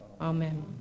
Amen